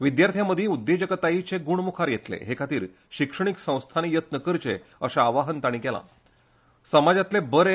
विद्यार्थ्यां मदीं उद्देजकतायेची गूण मुखार येतले हे खातीर शिक्षणीक संस्थांनी यत्न करचे अशें आवाहन तांणी केलें